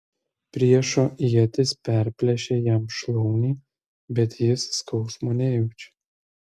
priešo ietis perplėšia jam šlaunį bet jis skausmo nejaučia